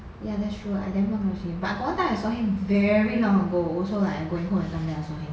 ya that's true lah I damn long never see him but got one time I saw him very long ago also like I going home that time then I saw him